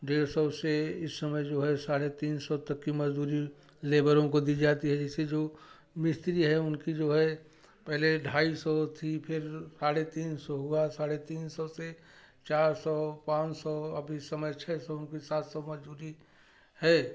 डेढ़ सौ से इस समय जो है साढ़े तीन सौ तक की मजदूरी लेबरों को दी जाती है जैसे जो मिस्त्री है उनकी जो है पहले ढाई सौ थी फिर साढ़े तीन सौ हुआ साढ़े तीन सौ से चार सौ पाँच सौ अब इस समय छः सौ उनकी सात सौ मजदूरी है